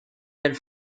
del